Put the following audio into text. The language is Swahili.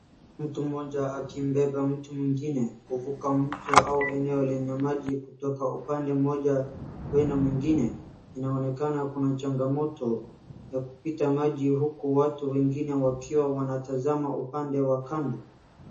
Mtu mmoja akimbeba mtu mwingine kuvuka mto au eneo lenye maji kutoka upande mmoja kwenda mwingine. Inaonekana kuna changamoto ya kupita maji huku watu wengine wakiwa wanatazama upande wa kando.